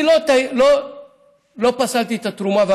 אני לא פסלתי את התרומה של המסע,